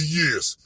years